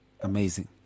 amazing